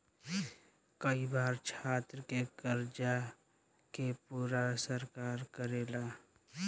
कई बार छात्र के कर्जा के पूरा सरकार करेले